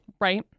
right